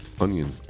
onion